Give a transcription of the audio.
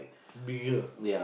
bigger